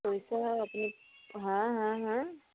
পইচা আপুনি হাঁ হাঁ হাঁ